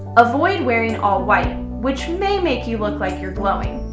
avoid wearing all white, which may make you look like you're glowing,